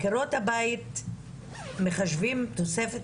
אם איני טועה, לעקרות הבית מחשבים תוספת